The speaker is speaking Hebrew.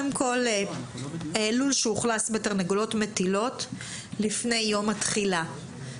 לול שאוכלס בתרנגולות מטילות לפני יום התחילה.